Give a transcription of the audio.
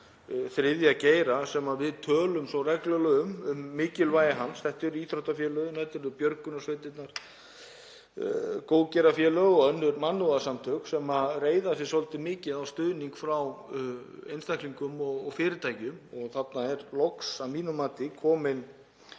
þriðja geira en við tölum reglulega um mikilvægi hans. Þetta eru íþróttafélögin, björgunarsveitirnar, góðgerðarfélög og önnur mannúðarsamtök sem reiða sig svolítið mikið á stuðning frá einstaklingum og fyrirtækjum. Þarna er loks að mínu mati komin